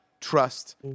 trust